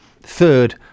third